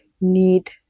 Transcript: need